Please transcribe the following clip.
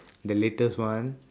the latest one